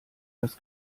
das